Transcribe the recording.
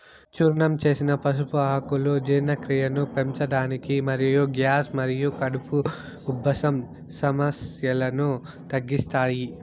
చూర్ణం చేసిన పసుపు ఆకులు జీర్ణక్రియను పెంచడానికి మరియు గ్యాస్ మరియు కడుపు ఉబ్బరం సమస్యలను తగ్గిస్తాయి